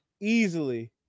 Easily